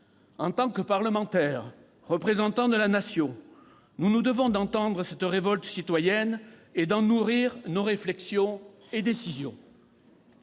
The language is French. En tant que parlementaires, représentants de la Nation, nous nous devons d'entendre cette révolte citoyenne et d'en nourrir nos réflexions et décisions.